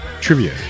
Trivia